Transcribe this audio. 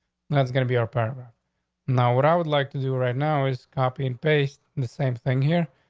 and that's gonna be our partner now. what i would like to do, right now is copy and paste the same thing here.